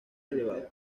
elevado